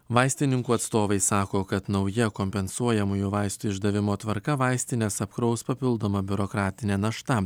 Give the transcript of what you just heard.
vaistininkų atstovai sako kad nauja kompensuojamųjų vaistų išdavimo tvarka vaistines apkraus papildoma biurokratinė našta